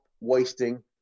wasting